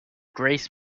grace